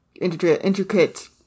intricate